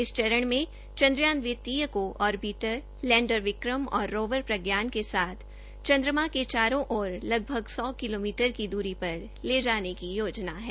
इस चरण में चन्द्रयान द्वितीय को ऑरबिट लैंडर विक्रम और रोवर प्रज्ञान के साथ चन्द्रमा के चारों ओर लगभग सौ किलोमीटर की दूरी पर ले जाने की योजना है